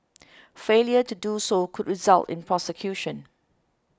failure to do so could result in prosecution